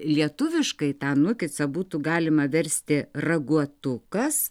lietuviškai tą nukitsą būtų galima versti raguotukas